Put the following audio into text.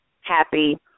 happy